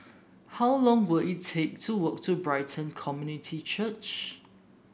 how long will it take to walk to Brighton Community Church